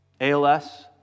ALS